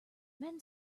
men